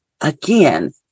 again